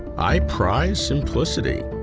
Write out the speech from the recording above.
i prize simplicity,